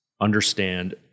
understand